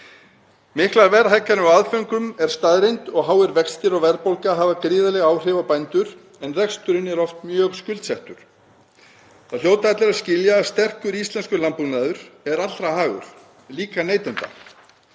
Miklar verðhækkanir á aðföngum eru staðreynd og háir vextir og verðbólga hafa gríðarleg áhrif á bændur en reksturinn er oft mjög skuldsettur. Það hljóta allir að skilja að sterkur íslenskur landbúnaður er allra hagur, líka neytenda.